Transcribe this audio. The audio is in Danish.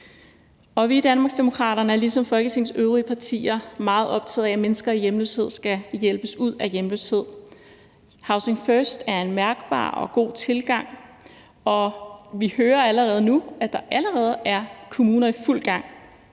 Vi i Danmarksdemokraterne er ligesom Folketingets øvrige partier meget optaget af, at mennesker i hjemløshed skal hjælpes ud af hjemløshed. Housing first er en mærkbar og god tilgang, og vi hører allerede nu, at der er nogle kommuner, der er i fuld gang,